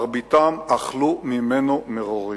מרביתם אכלו ממנו מרורים.